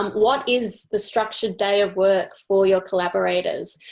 what is the structured day of work for your collaborators?